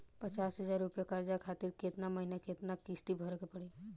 पचास हज़ार रुपया कर्जा खातिर केतना महीना केतना किश्ती भरे के पड़ी?